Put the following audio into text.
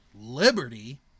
Liberty